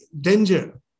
danger